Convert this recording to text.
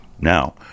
now